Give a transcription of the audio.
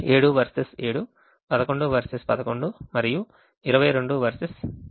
7 versus 7 11 versus 11 మరియు 22 versus 26